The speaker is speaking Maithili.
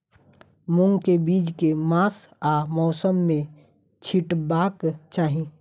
मूंग केँ बीज केँ मास आ मौसम मे छिटबाक चाहि?